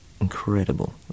incredible